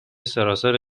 سراسر